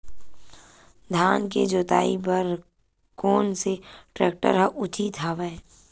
धान के जोताई बर कोन से टेक्टर ह उचित हवय?